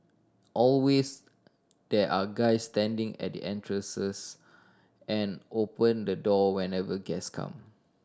always there are guys standing at the entrance and open the door whenever guest come